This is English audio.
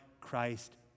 Christ